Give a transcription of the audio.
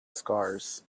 scars